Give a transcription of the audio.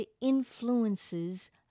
influences